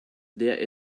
der